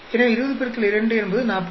எனவே 20 X 2 என்பது 40